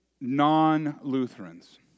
non-Lutherans